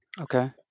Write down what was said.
Okay